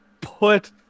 put